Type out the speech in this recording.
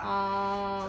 orh